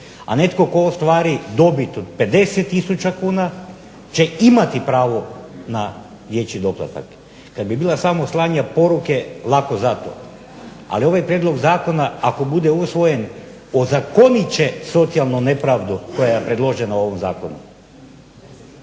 a netko tko ostvari dobit od 50 tisuća kuna će imati pravo na dječji doplatak. Kada bi bilo samo slanja poruke, lako zato, ali ovaj prijedlog zakona, ako bude usvojen ozakonit će socijalnu nepravdu koja je predložena u ovom zakonu.